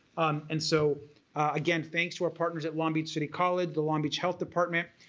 um and so again thanks to our partners at long beach city college, the long beach health department,